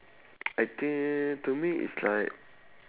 I think to me is like